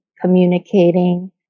communicating